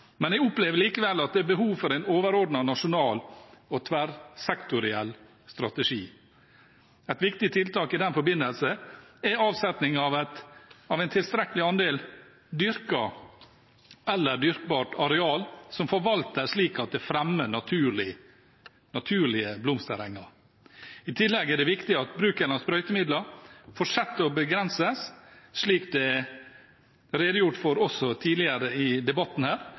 men jeg opplever likevel at det er behov for en overordnet, nasjonal og tverrsektoriell strategi. Et viktig tiltak i den forbindelse er avsetning av en tilstrekkelig andel dyrket eller dyrkbart areal som forvaltes slik at det fremmer naturlige blomsterenger. I tillegg er det viktig at bruken av sprøytemidler fortsatt begrenses, slik det er redegjort for også tidligere i debatten her,